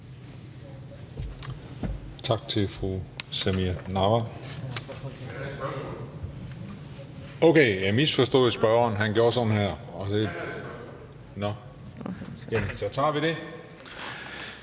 Tak til fru Samira Nawa.